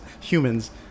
Humans